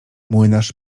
młynarz